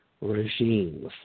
regimes